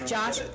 Josh